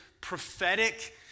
prophetic